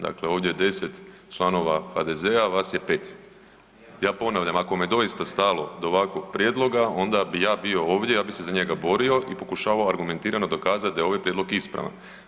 Dakle ovdje je 10 članova HDZ-a, vas je 5. Ja ponavljam ako vam je doista stalo do ovakvog prijedloga, onda bi ja bio ovdje ja bi se za njega borio i pokušavao argumentirano dokazati da je ovaj prijedlog ispravan.